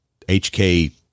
HK